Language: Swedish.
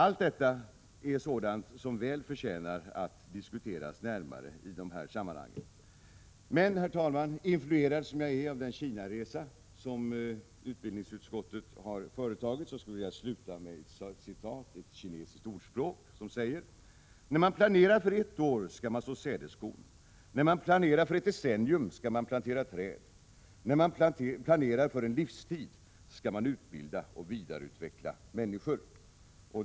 Allt detta är sådant som väl förtjänar att diskuteras närmare. Herr talman! Influerad som jag är av den Kinaresa som utbildningsutskottet har företagit skulle jag vilja sluta med att återge ett kinesiskt ordspråk som säger: När man planerar för ett år skall man så sädeskorn, när man planerar för ett decennium skall man plantera träd och när man planerar för en livstid skall man utbilda och vidareutveckla människor.